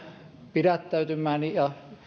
pidättäytymään ja